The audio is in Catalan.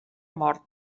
mort